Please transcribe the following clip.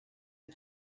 est